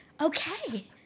okay